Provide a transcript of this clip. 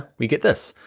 we get this.